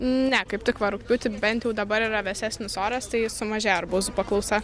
ne kaip tik va rugpjūtį bent jau dabar yra vėsesnis oras tai sumažėja arbūzų paklausa